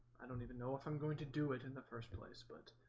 i don't even know if i'm going to do it in the first place but